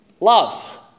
love